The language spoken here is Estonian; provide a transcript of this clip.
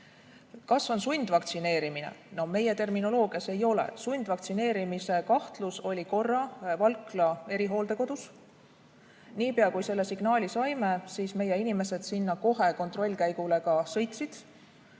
Kas on sundvaktsineerimine? Meie terminoloogias ei ole. Sundvaktsineerimise kahtlus oli korra Valkla erihooldekodus. Niipea kui selle signaali saime, siis meie inimesed sinna kohe kontrollkäigule ka sõitsid.